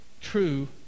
True